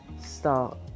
start